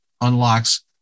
unlocks